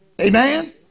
amen